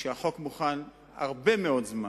שהחוק מוכן הרבה מאוד זמן.